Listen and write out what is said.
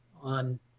on